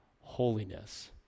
holiness